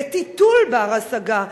לטיטול בר-השגה,